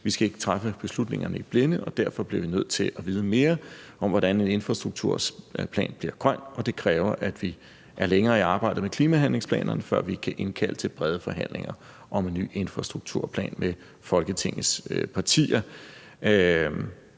Vi skal ikke træffe beslutningerne i blinde, og derfor bliver vi nødt til at vide mere om, hvordan en infrastrukturplan bliver grøn, og det kræver, at vi er længere i arbejdet med klimahandlingsplanerne, før vi kan indkalde til brede forhandlinger om en ny infrastrukturplan med Folketingets partier.